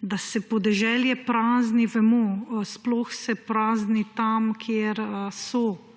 Da se podeželje prazni, vemo. Sploh se prazni tam, kjer so